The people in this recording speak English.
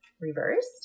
reversed